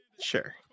Sure